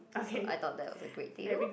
so I thought that was a great deal